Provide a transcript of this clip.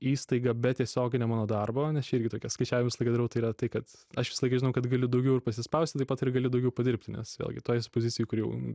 įstaiga be tiesioginio mano darbo nes čia irgi tokias skaičia visą laiką darau tai yra tai kad aš visą laiką žinau kad gali daugiau ir pasispausti taip pat ir galiu daugiau padirbti nes vėlgi toj esu pozicijoj kur jau